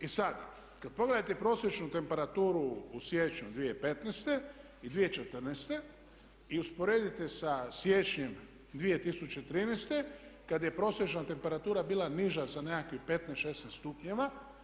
I sada, kad pogledate prosječnu temperaturu u siječnju 2015. i 2014. i usporedite sa siječnjem 2013. kad je prosječna temperatura bila niža za nekakvih 15, 16 stupnjeva.